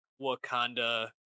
wakanda